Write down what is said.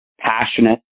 passionate